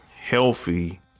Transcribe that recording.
healthy